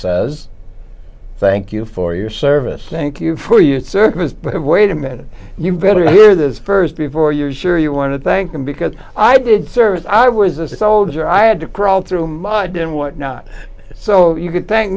says thank you for your service thank you for your service but wait a minute you better hear this st before you're sure you want to thank them because i did service i was a soldier i had to crawl through mud and whatnot so you could thank